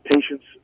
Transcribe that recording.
patients